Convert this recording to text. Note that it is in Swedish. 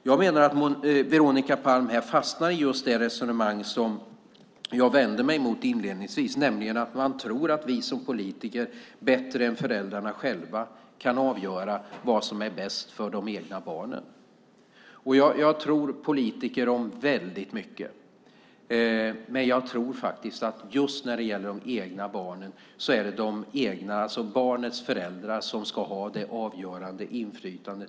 Jag menar att Veronica Palm fastnar i det resonemang som jag inledningsvis vände mig mot, nämligen att vi politiker bättre än föräldrarna själva kan avgöra vad som är bäst för deras barn. Jag tror politiker om väldigt mycket, men just när det gäller de egna barnen tror jag att det är föräldrarna som ska ha det avgörande inflytandet.